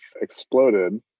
exploded